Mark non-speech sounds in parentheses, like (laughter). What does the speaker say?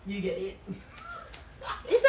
do you get it (laughs)